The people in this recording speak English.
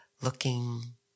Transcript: looking